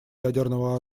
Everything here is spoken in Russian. ядерного